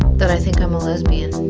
that i think i'm a lesbian.